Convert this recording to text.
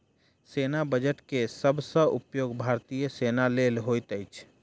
सेना बजट के सब सॅ उपयोग भारतीय सेना लेल होइत अछि